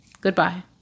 goodbye